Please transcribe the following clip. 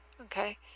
Okay